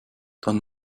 dann